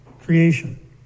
creation